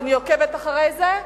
ואני עוקבת אחרי זה,